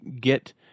get